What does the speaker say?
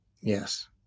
Yes